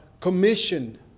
Commission